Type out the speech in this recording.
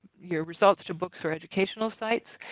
yeah results to books or educational sites.